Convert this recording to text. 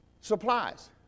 Supplies